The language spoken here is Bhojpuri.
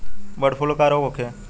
बडॅ फ्लू का रोग होखे?